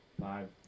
five